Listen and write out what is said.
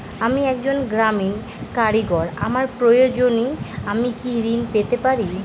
আমি একজন গ্রামীণ কারিগর আমার প্রয়োজনৃ আমি কি ঋণ পেতে পারি?